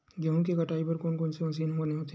गेहूं के कटाई बर कोन कोन से मशीन बने होथे?